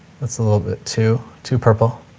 that's a little bit too, too purple.